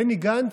בני גנץ,